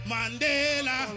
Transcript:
Mandela